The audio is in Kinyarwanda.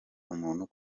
umuntu